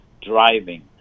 driving